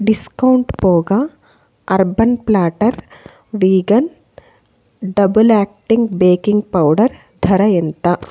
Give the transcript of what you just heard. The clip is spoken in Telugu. డిస్కౌంట్ పోగా urban platter vegan double acting baking powder ధర ఎంత